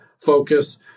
focus